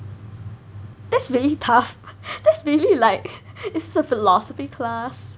that's really tough that's really like it's a philosophy class